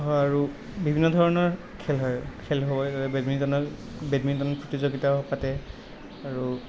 হয় আৰু বিভিন্ন ধৰণৰ খেল হয় খেল হয় বেডমিণ্টন বেডমিণ্টন প্ৰতিযোগিতাও পাতে আৰু